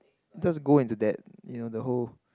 just go into that you know the whole